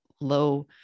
low